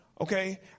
Okay